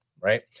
Right